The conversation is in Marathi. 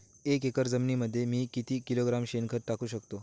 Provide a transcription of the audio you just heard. एक एकर जमिनीमध्ये मी किती किलोग्रॅम शेणखत टाकू शकतो?